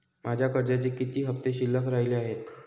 माझ्या कर्जाचे किती हफ्ते शिल्लक राहिले आहेत?